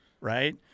right